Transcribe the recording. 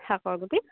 শাকৰ গুটি